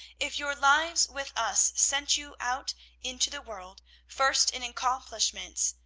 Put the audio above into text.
if your lives with us sent you out into the world, first in accomplishments,